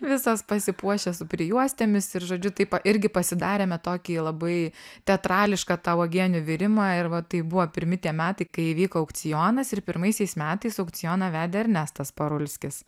visos pasipuošę su prijuostėmis ir žodžiu taip irgi pasidarėme tokį labai teatrališką tą uogienių virimą ir va tai buvo pirmi tie metai kai įvyko aukcionas ir pirmaisiais metais aukcioną vedė ernestas parulskis